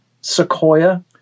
Sequoia